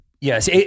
Yes